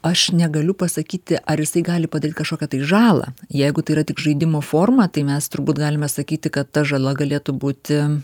aš negaliu pasakyti ar jisai gali padaryt kažkokią tai žalą jeigu tai yra tik žaidimo forma tai mes turbūt galime sakyti kad ta žala galėtų būti